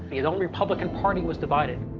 his own republican party was divided.